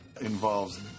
involves